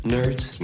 Nerds